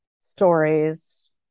stories